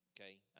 okay